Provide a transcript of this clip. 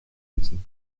diesen